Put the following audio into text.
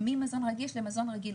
ממזון רגיש למזון רגיל.